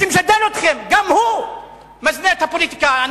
גם הוא מזנה את הפוליטיקה.